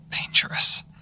dangerous